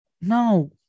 No